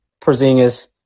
Porzingis